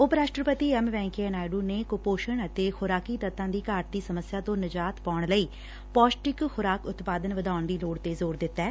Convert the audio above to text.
ਉਪ ਰਾਸਟਰਪਤੀ ਐਮ ਵੈ'ਕਈਆ ਨਾਇਡੁ ਨੇ ਕੁਪੋਸ਼ਣ ਅਤੇ ਖੁਰਾਕੀ ਤੱਤਾਂ ਦੀ ਘਾਟ ਦੀ ਸਮੱਸਿਆ ਤੋ' ਨਿਜਾਤ ਪਾਉਣ ਲਈ ਪੌਸ਼ਟਿਕ ਖੁਰਾਕ ਉਤਪਾਦਨ ਵਧਾਉਣ ਦੀ ਲੋੜ ਤੇ ਜ਼ੋਰ ਦਿੱਤੈ